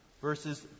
verses